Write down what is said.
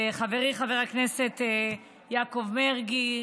חברי חבר הכנסת יעקב מרגי,